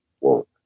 work